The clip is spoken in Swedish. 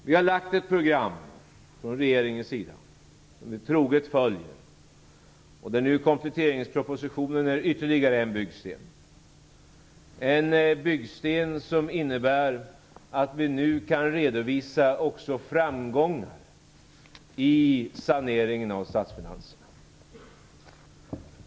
Vi har presenterat ett program från regeringens sida som vi troget följer och där kompletteringspropositionen är ytterligare en byggsten. Det är en byggsten som innebär att vi nu kan redovisa också framgångar i saneringen av statsfinanserna.